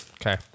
Okay